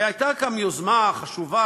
והייתה גם יוזמה חשובה,